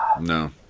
No